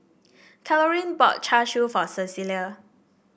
Carolyne bought Char Siu for Cecilia